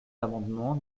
l’amendement